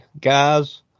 guys